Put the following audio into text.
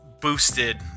boosted